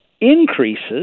increases